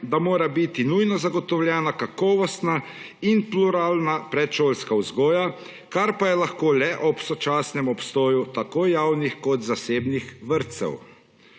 da mora biti nujno zagotovljena kakovostna in pluralna predšolska vzgoja, kar pa je lahko le ob sočasnem obstoju tako javnih kot zasebnih vrtcev.